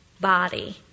body